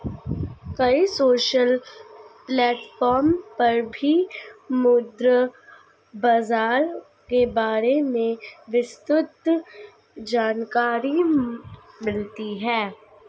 कई social platform पर भी मुद्रा बाजार के बारे में विस्तृत जानकरी मिलती है